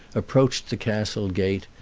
approached the castle gate,